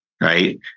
right